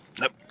Nope